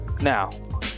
Now